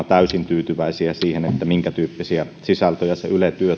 täysin tyytyväisiä siihen minkätyyppisiä sisältöjä se yle